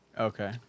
Okay